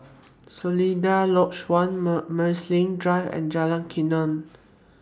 Seletar Lodge one Mall Marsiling Drive and Jalan Kuning